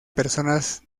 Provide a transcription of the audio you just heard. personas